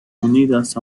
unidas